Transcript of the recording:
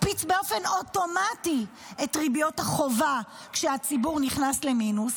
מקפיץ באופן אוטומטי את ריביות החובה כשהציבור נכנס למינוס,